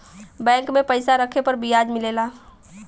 bank में पइसा रखे पर बियाज मिलला